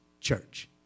church